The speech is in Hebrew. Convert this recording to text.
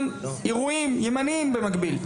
גם אירועים ימניים במקביל?